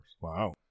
Wow